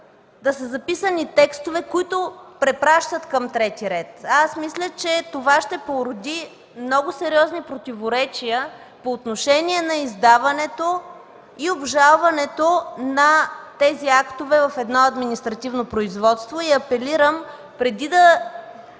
да са записани текстове, които препращат към трети ред! Мисля, че това ще породи много сериозни противоречия по отношение на издаването и обжалването на тези актове в едно административно производство. Апелирам, преди да